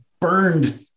burned